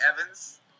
Evans